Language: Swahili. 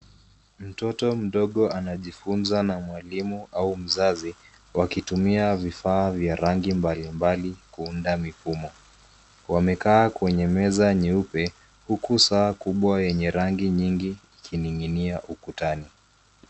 Mtoto mdogo anajifunza na mwalimu au mzazi, wakitumia vifaa vya rangi mbalimbali kuunda mifumo. Wamekaa kwenye meza nyeupe huku saa kubwa yenye rangi nyingi ikining'inia ukutani.